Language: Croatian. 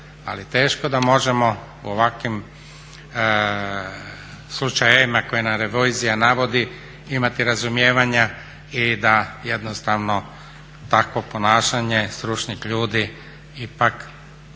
Ali teško da možemo u ovakvim slučajevima koje nam revizija navodi imati razumijevanja i da jednostavno takvo ponašanje stručnih ljudi ipak